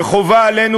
וחובה עלינו,